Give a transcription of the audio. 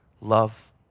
love